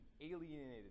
alienated